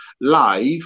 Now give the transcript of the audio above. live